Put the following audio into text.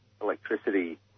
electricity